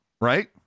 Right